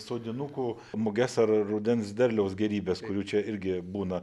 sodinukų muges ar rudens derliaus gėrybes kurių čia irgi būna